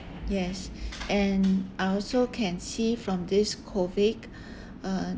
yes and I also can see from this COVID uh